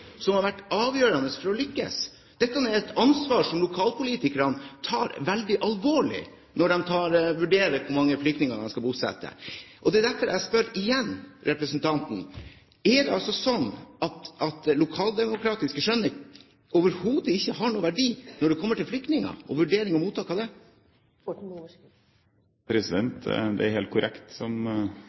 som har vært avgjørende for å lykkes. Dette er et ansvar som lokalpolitikerne tar veldig alvorlig når de vurderer hvor mange flyktninger de skal bosette. Det er derfor jeg igjen spør representanten: Er det slik at det lokaldemokratiske skjønnet overhodet ikke har noen verdi når det kommer til flyktninger og vurdering av mottak av dem? Det er helt korrekt som representanten sier, at det er det lokalpolitiske skjønn som